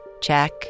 check